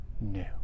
new